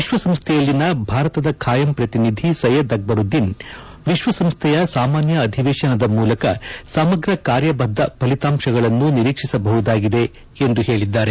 ವಿಶ್ವಸಂಸ್ದೆಯಲ್ಲಿನ ಭಾರತದ ಖಾಯಂ ಪ್ರತಿನಿಧಿ ಸೈಯದ್ ಅಕ್ಬರುದ್ದೀನ್ ವಿಶ್ವಸಂಸ್ದೆಯ ಸಾಮಾನ್ಯ ಅಧಿವೇಶನದ ಮೂಲಕ ಸಮಗ್ರ ಕಾರ್ಯಬದ್ದ ಫಲಿತಾಂಶಗಳನ್ನು ನಿರೀಕ್ಷಿಸಬಹುದಾಗಿದೆ ಎಂದು ಹೇಳಿದ್ದಾರೆ